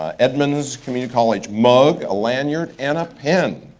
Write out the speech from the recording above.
ah edmonds community college mug, lanyard and a pen.